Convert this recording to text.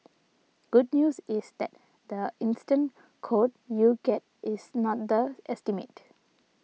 good news is that the instant quote you get is not the estimate